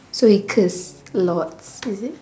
so he curse a lots is it